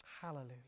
Hallelujah